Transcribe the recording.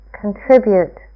contribute